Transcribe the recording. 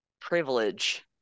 privilege